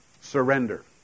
Surrender